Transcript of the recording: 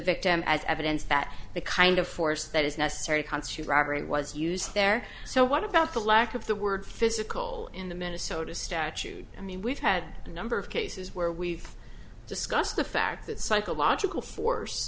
victim as evidence that the kind of force that is necessary constitute robbery was used there so what about the lack of the word physical in the minnesota statute i mean we've had a number of cases where we've discussed the fact that psychological force